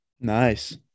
nice